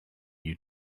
you